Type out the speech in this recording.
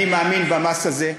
אני מאמין במס הזה,